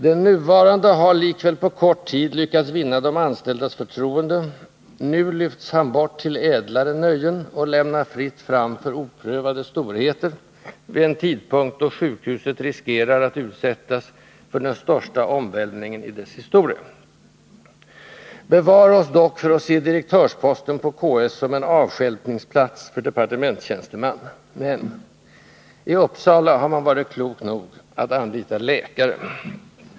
Den nuvarande har likväl på kort tid lyckats vinna de anställdas förtroende; nu lyfts han bort till ädlare nöjen och lämnar fritt fram för oprövade storheter, vid en tidpunkt då sjukhuset riskerar att utsättas för den största omvälvningen i sin historia. Bevare oss dock för att se direktörsposten på KS som en avstjälpningsplats för departementstjänstemän! I Uppsala har man varit klok nog att anlita läkare.